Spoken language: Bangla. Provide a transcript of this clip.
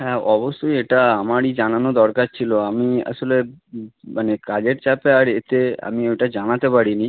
হ্যাঁ অবশ্যই এটা আমারই জানানো দরকার ছিল আমি আসলে মানে কাজের চাপে আর এতে আমি ওটা জানাতে পারিনি